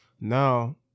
now